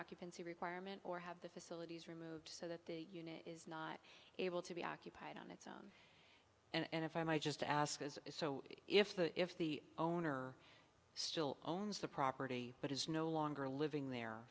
occupancy requirement or have the facilities removed so that the unit is not able to be occupied on its own and if i may just ask as is so if the if the owner still owns the property but is no longer living there